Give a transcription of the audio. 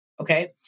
okay